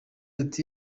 ati